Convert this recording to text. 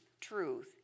truth